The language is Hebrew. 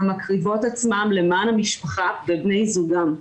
המקריבות את עצמן למען המשפחה ובני זוגן.